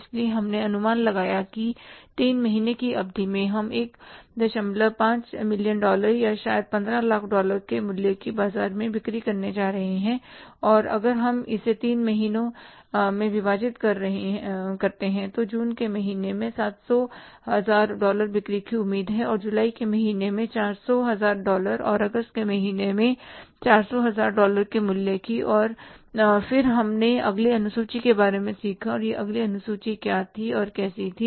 इसलिए हमने अनुमान लगाया है कि 3 महीने की अवधि में हम 15 मिलियन डॉलर या शायद 15 लाख डॉलर के मूल्य की बाजार में बिक्री करने जा रहे हैं और अगर हम इसे तीन महीनों में विभाजित करते हैं तो जून के महीने में 700 हजार डॉलर बिक्री की उम्मीद है और जुलाई के महीने में 400 हजार डॉलर और अगस्त के महीने में 400 हजार डॉलर के मूल्य की और फिर हमने अगली अनुसूची के बारे में सीखा और यह अगली अनुसूची क्या थी कैसी थी